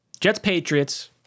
Jets-Patriots